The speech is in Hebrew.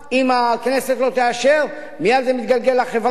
אם הכנסת לא תאשר, מייד זה מתגלגל לחברה.